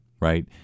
Right